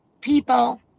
people